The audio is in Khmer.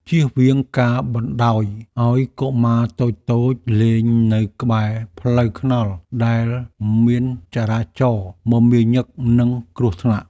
ជៀសវាងការបណ្តោយឱ្យកុមារតូចៗលេងនៅក្បែរផ្លូវថ្នល់ដែលមានចរាចរណ៍មមាញឹកនិងគ្រោះថ្នាក់។